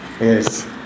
Yes